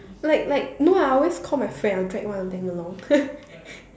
like like no I will always call my friend I'll drag one of them along